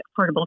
Affordable